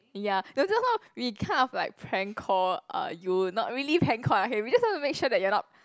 ya then just now we kind of like prank call uh you not really prank call okay we just wanna make sure that you're not